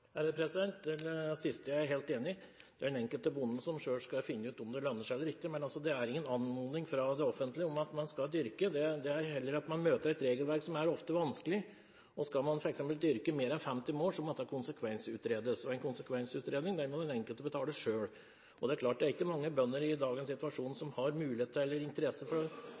Det siste er jeg helt enig i – det er den enkelte bonden som selv skal finne ut om det lønner seg eller ikke. Men det er ingen anmodning fra det offentlige om at man skal dyrke, det er heller slik at man møter et regelverk som ofte er vanskelig. Skal man f.eks. dyrke mer enn 50 mål, må dette konsekvensutredes, og en konsekvensutredning må den enkelte betale selv. Det er klart at det ikke er mange bønder i dagens situasjon som har mulighet til, eller interesse for,